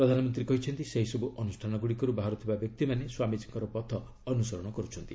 ପ୍ରଧାନମନ୍ତ୍ରୀ କହିଛନ୍ତି ସେହିସବୁ ଅନୁଷ୍ଠାନ ଗୁଡ଼ିକରୁ ବାହାରୁଥିବା ବ୍ୟକ୍ତିମାନେ ସ୍ୱାମୀଜୀଙ୍କର ପଥ ଅନ୍ତସରଣ କରୁଛନ୍ତି